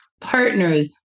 partners